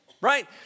right